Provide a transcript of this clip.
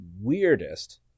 weirdest